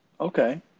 Okay